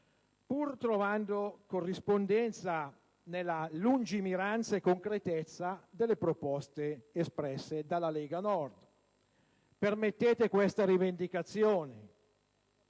pur trovando corrispondenza nella lungimirante concretezza delle proposte espresse dalla Lega Nord. Permettete questa rivendicazione;